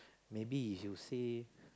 maybe if you say